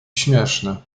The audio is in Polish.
śmieszny